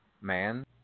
man